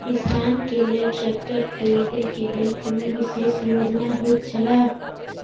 किसान के लेल ट्रैक्टर खरीदे के लेल कुनु विशेष योजना होयत छला?